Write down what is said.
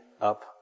up